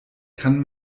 kann